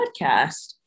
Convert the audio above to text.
podcast